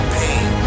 pain